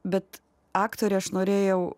bet aktore aš norėjau